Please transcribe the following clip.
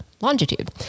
longitude